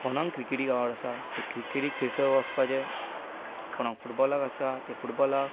कोणाक क्रिकेटी आवड आसा ते क्रिकेटीक थंयसर वचपाचें कोणाक फुटबॉलाक आसा तें फुटबॉलाक